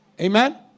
Amen